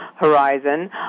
Horizon